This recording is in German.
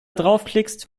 draufklickst